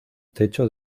techo